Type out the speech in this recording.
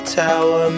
tower